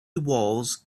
walls